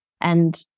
And-